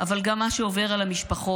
אבל גם מה שעובר על המשפחות.